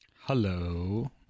Hello